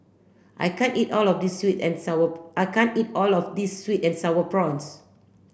I can't eat all of this sweet and sour I can't eat all of this sweet and sour prawns